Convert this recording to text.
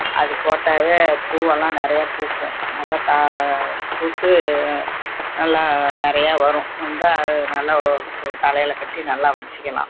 அது போட்டாவே பூவெல்லாம் நிறைய பூக்கும் நல்ல கா பூத்து நல்லா நிறையா வரும் வந்தால் அது நல்லா தலையில் கட்டி நல்லா வச்சிக்கலாம்